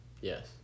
Yes